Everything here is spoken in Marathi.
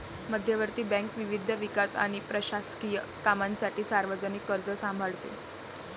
मध्यवर्ती बँक विविध विकास आणि प्रशासकीय कामांसाठी सार्वजनिक कर्ज सांभाळते